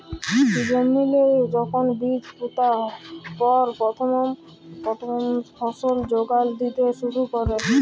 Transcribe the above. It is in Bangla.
জমিল্লে যখল বীজ পুঁতার পর পথ্থম ফসল যোগাল দ্যিতে শুরু ক্যরে